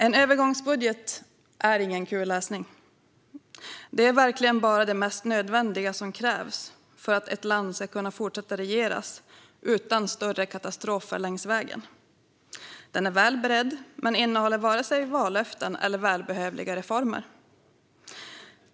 En övergångsbudget är ingen kul läsning. Det handlar verkligen bara om det mest nödvändiga som krävs för att ett land ska kunna fortsätta regeras utan större katastrofer längs vägen. Den är väl beredd men innehåller varken vallöften eller välbehövliga reformer.